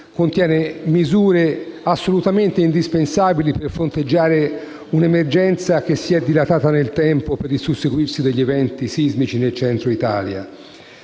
contiene misure assolutamente indispensabili per fronteggiare un'emergenza dilatata nel tempo dal susseguirsi degli eventi sismici nel Centro Italia: